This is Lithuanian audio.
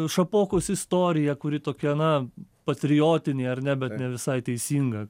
šapokos istorija kuri tokia na patriotinė ar ne ne visai teisinga